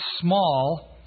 small